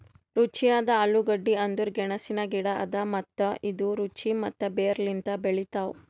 ರುಚಿಯಾದ ಆಲೂಗಡ್ಡಿ ಅಂದುರ್ ಗೆಣಸಿನ ಗಿಡ ಅದಾ ಮತ್ತ ಇದು ರುಚಿ ಮತ್ತ ಬೇರ್ ಲಿಂತ್ ಬೆಳಿತಾವ್